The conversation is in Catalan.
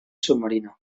submarina